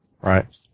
Right